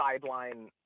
sideline